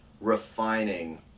refining